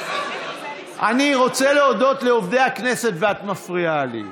אני רוצה להודות לעובדי הכנסת, ואת מפריעה לי.